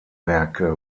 werke